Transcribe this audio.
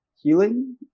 healing